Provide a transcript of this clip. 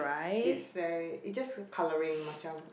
it's very it just colouring macam